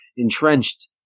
entrenched